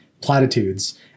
platitudes